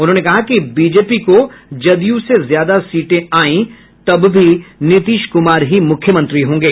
उन्होंने कहा कि बीजेपी को जदयू से ज्यादा सीट आयी तब भी नीतीश कुमार ही मुख्यमंत्री होंगे